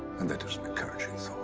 and that is an encouraging thought.